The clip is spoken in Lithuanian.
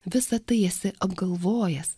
visa tai esi apgalvojęs